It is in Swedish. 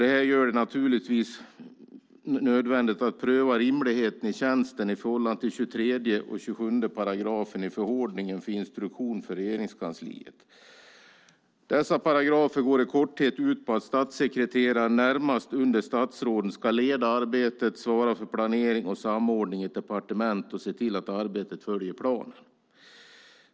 Detta gör det naturligtvis nödvändigt att pröva rimligheten i tjänsten i förhållande till 23 och 27 paragraferna i förordningen för instruktion för Regeringskansliet. Dessa paragrafer går i korthet ut på att statssekreterarna närmast under statsråden ska leda arbetet, svara för planering och samordning i ett departement och se till att arbetet följer planen.